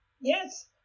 Yes